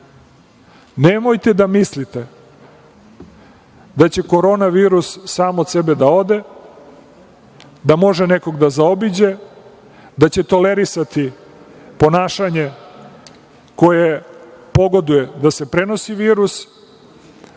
Nemojte da mislite da će Korona virus sam od sebe da ode, da može nekog da zaobiđe, da će tolerisati ponašanje koje pogoduje da se prenosi virus.